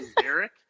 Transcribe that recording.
Derek